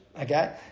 Okay